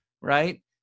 right